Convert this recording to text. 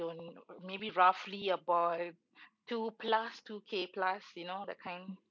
don't know maybe roughly about uh two plus two K plus you know that kind